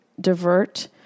Divert